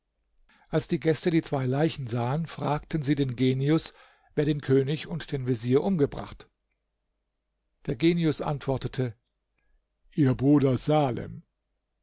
als die gäste die zwei leichen sahen fragen sie den genius wer den könig und den vezier umgebracht der genius antwortete ihr bruder salem